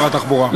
שר התחבורה.